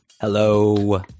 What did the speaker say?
Hello